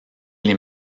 les